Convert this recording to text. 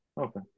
Okay